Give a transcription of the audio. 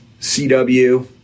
CW